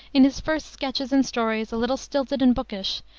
in his first sketches and stories a little stilted and bookish,